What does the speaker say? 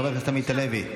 חבר הכנסת עמית הלוי,